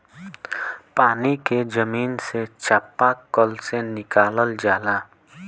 पानी के जमीन से चपाकल से निकालल जाला